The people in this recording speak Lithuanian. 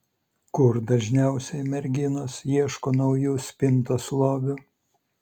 kur dažniausiai merginos ieško naujų spintos lobių